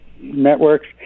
networks